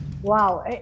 Wow